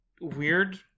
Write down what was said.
weird